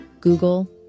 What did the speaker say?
Google